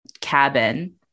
cabin